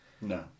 No